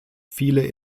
viele